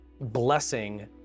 blessing